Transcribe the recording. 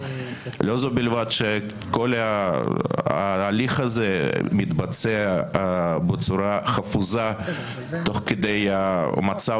לא זו בלבד שכל ההליך הזה מתבצע בצורה חפוזה תוך כדי מצב